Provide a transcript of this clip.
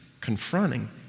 confronting